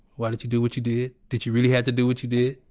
why did you do what you did? did you really have to do what you did?